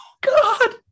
God